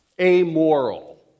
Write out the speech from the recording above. Amoral